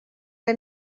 que